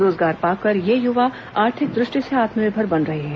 रोजगार पाकर ये युवा आर्थिक दृष्टि से आत्मनिर्भर बन रहे हैं